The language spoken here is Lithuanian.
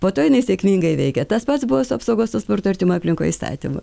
po to jinai sėkmingai veikė tas pats buvo su apsaugos nuo smurto artimoj aplinkoj įstatymu